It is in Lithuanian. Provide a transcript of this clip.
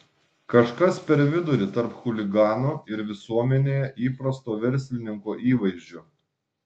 kažkas per vidurį tarp chuligano ir visuomenėje įprasto verslininko įvaizdžio